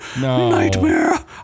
Nightmare